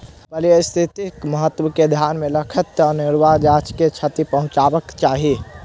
पारिस्थितिक महत्व के ध्यान मे रखैत अनेरुआ गाछ के क्षति पहुँचयबाक चाही